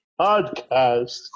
podcast